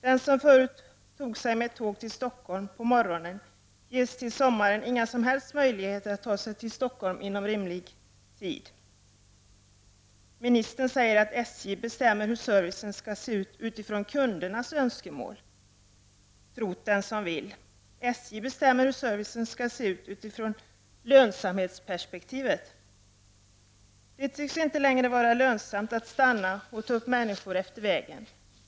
Den som förut tog sig med tåg till Stockholm på morgonen ges till sommaren inga som helst möjligheter att göra det på rimlig tid. Ministern säger att SJ bestämmer hur servicen skall se ut utifrån kundernas önskemål. Tro det den som vill. SJ bestämmer hur servicen skall se ut utifrån lönsamhetsperspektivet. Det tycks inte längre vara lönsamt att stanna tågen och ta upp människor efter sträckan.